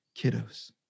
kiddos